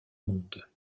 monde